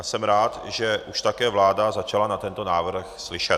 Jsem rád, že už také vláda začala na tento návrh slyšet.